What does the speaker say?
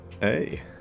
Hey